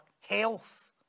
health